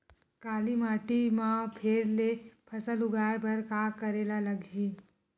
काली माटी म फेर ले फसल उगाए बर का करेला लगही?